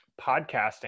podcasting